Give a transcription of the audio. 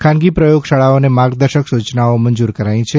ખાનગી પ્રયોગ શાળાઓને માર્ગદર્શક સુચનાઓ મંજુર કરાઇ છે